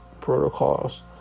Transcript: protocols